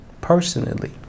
personally